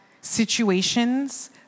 Situations